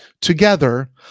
Together